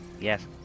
Yes